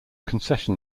concession